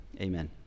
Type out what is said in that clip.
amen